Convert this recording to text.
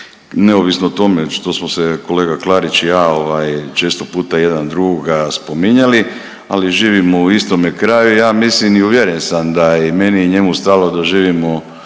neovisno o tome što smo se kolega Klarić i ja često puta jedan drugoga spominjali, ali živimo u istome kraju. Ja mislim i uvjeren sam da je i meni i njemu stalo da živimo